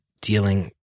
dealing